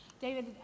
david